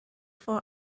for